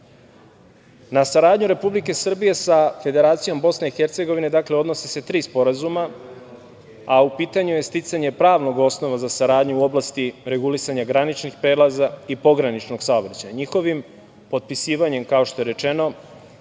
saradnju Republike Srbije sa Federacijom Bosne i Hercegovine odnose se tri sporazuma, a u pitanju je sticanje pravnog osnova za saradnju u oblasti regulisanja graničnih prelaza i pograničnog saobraćaja. Njihovim potpisivanjem, kao što je rečeno,